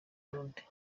burundi